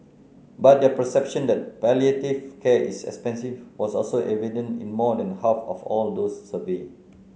but their perception that palliative care is expensive was also evident in more than half of all those surveyed